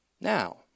Now